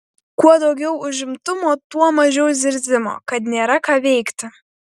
kuo daugiau užimtumo tuo mažiau zirzimo kad nėra ką veikti